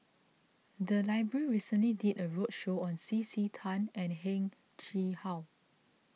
the library recently did a roadshow on C C Tan and Heng Chee How